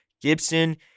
Gibson